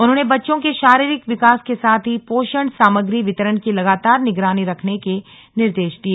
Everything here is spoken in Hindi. उन्होंने बच्चों के शारीरिक विकास के साथ ही पोषण सामग्री वितरण की लगातार निगरानी रखने के निर्दे ा दिए